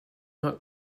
not